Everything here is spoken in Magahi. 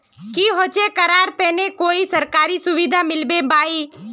की होचे करार तने कोई सरकारी सुविधा मिलबे बाई?